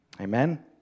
Amen